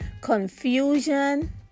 Confusion